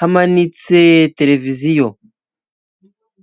hamanitse televiziyo.